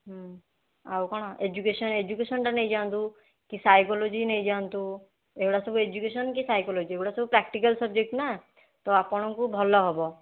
ଆଉ କ'ଣ ଏଜୁକେସନ୍ ଏଜୁକେସନ୍ଟା ନେଇଯାନ୍ତୁ କି ସାଇକୋଲୋଜି ନେଇଯାନ୍ତୁ ଏଗୁଡା ସବୁ ଏଜୁକେସନ୍ କି ସାଇକୋଲୋଜି ଏଗୁଡା ସବୁ ପ୍ରାକ୍ଟିକାଲ୍ ସବ୍ଜେକ୍ଟ୍ ନା ତ ଆପଣଙ୍କୁ ଭଲ ହେବ